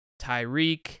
Tyreek